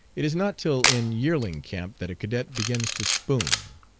it is not till in yearling camp that a cadet begins to spoon.